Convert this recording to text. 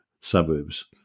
suburbs